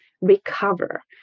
recover